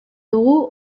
dugu